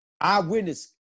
eyewitness